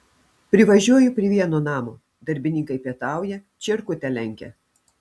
privažiuoju prie vieno namo darbininkai pietauja čierkutę lenkia